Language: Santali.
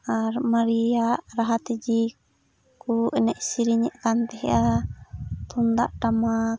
ᱟᱨ ᱢᱟᱨᱮᱭᱟᱜ ᱨᱟᱦᱟ ᱛᱮᱜᱮ ᱠᱚ ᱮᱱᱮᱡ ᱥᱮᱨᱮᱧ ᱮᱫ ᱠᱟᱱ ᱛᱟᱦᱮᱸᱫᱼᱟ ᱛᱩᱢᱫᱟᱜ ᱴᱟᱢᱟᱠ